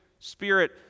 spirit